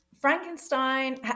frankenstein